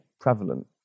prevalent